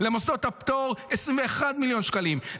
למוסדות הפטור,21 מיליון שקלים,